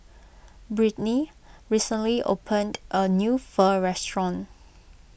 Brittnie recently opened a new Pho restaurant